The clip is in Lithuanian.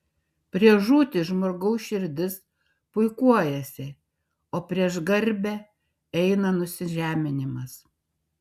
prieš žūtį žmogaus širdis puikuojasi o prieš garbę eina nusižeminimas